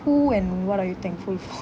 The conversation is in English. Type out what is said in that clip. who and what are you thankful for